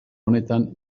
honetan